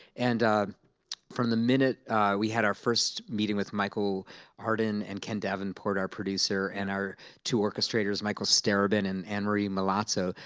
and from the minute we had our first meeting with michael arden and ken davenport, our producer, and our two orchestrators michael starobin and annmarie milazzo,